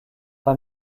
dans